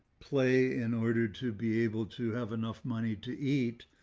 play in order to be able to have enough money to eat,